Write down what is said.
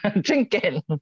Drinking